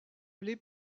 aller